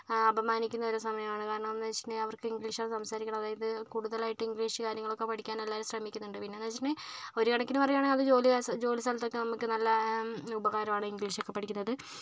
അപമാനിക്കുന്നൊരു സമയമാണ് കാരണം എന്ന് വെച്ചാൽ അവർക്ക് ഇംഗ്ലീഷൊന്നും സംസാരിക്കാൻ അറിയില്ല അതായത് കൂടുതലായിട്ട് ഇംഗ്ലീഷ് കാര്യങ്ങളൊക്കെ പഠിക്കാൻ എല്ലാവരും ശ്രമിക്കുന്നുണ്ട് പിന്നെയെന്ന് വെച്ചിട്ടുണ്ടെങ്കിൽ ഒരു കണക്കിന് പറയുകയാണെങ്കിൽ അത് ജോലിയാ ജോലി സ്ഥലത്തൊക്കെ നമുക്ക് നല്ല ഉപകാരം ആണ് ഇംഗ്ലീഷ് ഒക്കെ പഠിക്കുന്നത്